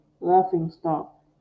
laughingstock